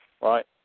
Right